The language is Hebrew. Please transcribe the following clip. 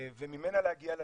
וממנה להגיע לנתונים.